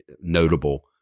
notable